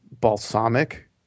balsamic